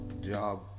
job